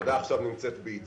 העבודה עכשיו בעיצומה.